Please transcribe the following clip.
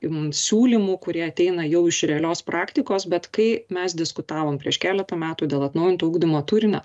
siūlymų kurie ateina jau iš realios praktikos bet kai mes diskutavom prieš keletą metų dėl atnaujinto ugdymo turinio